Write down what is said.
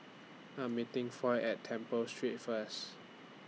I'm meeting Foy At Temple Street First